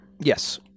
Yes